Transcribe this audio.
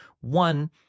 one